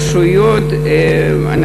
עלייה לרשויות,